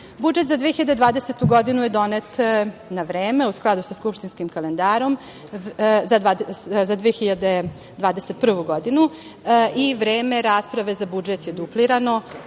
radu. Budžet za 2020. godinu je donet na vreme, u skladu sa skupštinskim kalendarom za 2021. godinu. Vreme rasprave za budžet je duplirano